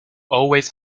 always